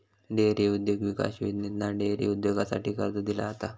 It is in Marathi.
डेअरी उद्योग विकास योजनेतना डेअरी उद्योगासाठी कर्ज दिला जाता